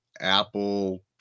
apple